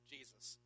Jesus